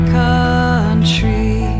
country